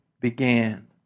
began